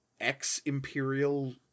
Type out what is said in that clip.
ex-Imperial